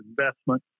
investment